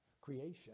creation